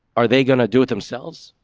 are they going to do it themselves,